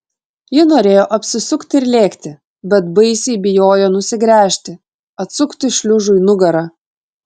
ji norėjo apsisukti ir lėkti bet baisiai bijojo nusigręžti atsukti šliužui nugarą